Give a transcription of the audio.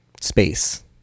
space